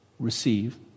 receive